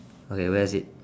okay where is it